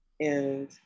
And-